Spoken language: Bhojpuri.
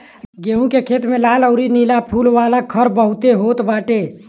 गेंहू के खेत में लाल अउरी नीला फूल वाला खर बहुते होत बाटे